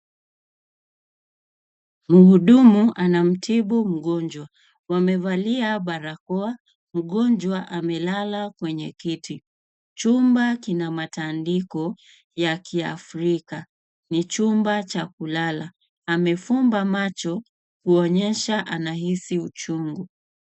Mhudumu anamtibu mgonjwa. Wamevalia barakoa, mgonjwa amelala kwenye kiti. Chumba kina matandiko ya kiafrika. Ni chumba cha kulala. Amefumba macho, kuonyesha anahisi uchungu.